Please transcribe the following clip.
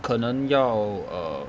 可能要 err